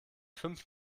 fünf